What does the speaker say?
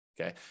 Okay